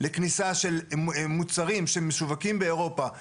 לכניסה של מוצרים שמשווקים באירופה,